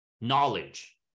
Knowledge